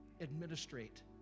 administrate